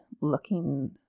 looking